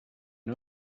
can